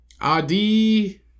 Adi